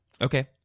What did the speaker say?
Okay